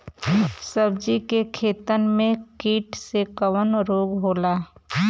सब्जी के खेतन में कीट से कवन रोग होला?